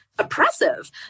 oppressive